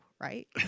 right